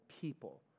people